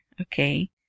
okay